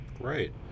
Right